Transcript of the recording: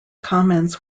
comments